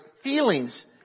feelings